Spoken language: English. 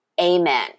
Amen